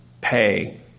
pay